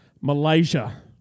Malaysia